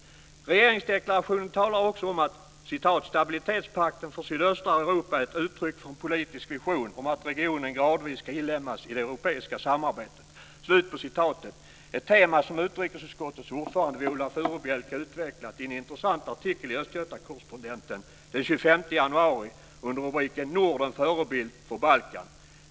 Regeringsdeklarationen talar också om att "stabilitetspakten för sydöstra Europa är uttryck för en politisk vision om att regionen gradvis ska inlemmas i det europeiska samarbetet". Det är ett tema som utrikesutskottets ordförande Viola Furubjelke utvecklat i en intressant artikel i Östgöta Correspondenten den 25 januari under rubriken Norden förebild för Balkan.